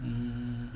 mm